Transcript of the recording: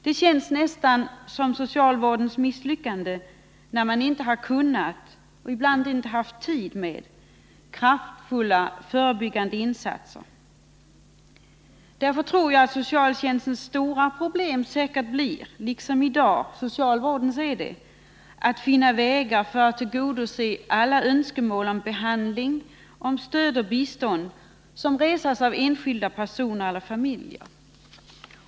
Det känns nästan som socialvårdens misslyckanden när man inte kunnat göra — eller ibland inte haft tid med — kraftfulla förebyggande insatser. Därför tror jag att socialtjänstens stora problem — liksom i dag socialvårdens — säkert blir att finna vägar för att tillgodose alla önskemål om behandling, stöd och bistånd som reses av enskilda personer eller familjer.